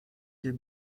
later